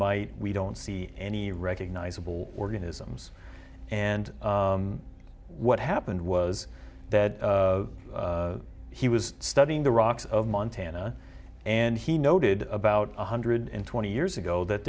might we don't see any recognizable organisms and what happened was that he was studying the rocks of montana and he noted about one hundred twenty years ago that